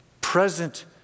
Present